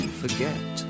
forget